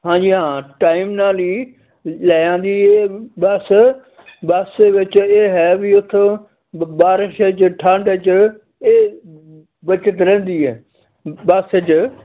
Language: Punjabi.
ਹਾਂਜੀ ਹਾਂ ਟਾਈਮ ਨਾਲ ਹੀ ਲੈ ਆਉਂਦੀ ਬੱਸ ਬੱਸ ਦੇ ਵਿੱਚ ਇਹ ਹੈ ਵੀ ਉੱਥੋਂ ਬ ਬਾਰਿਸ਼ 'ਚ ਠੰਢ 'ਚ ਬਚਤ ਰਹਿੰਦੀ ਹੈ ਬੱਸ 'ਚ